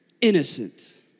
innocent